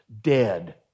dead